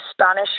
Spanish